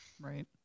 Right